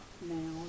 now